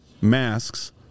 masks